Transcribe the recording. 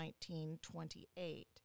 1928